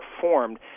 formed